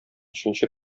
өченче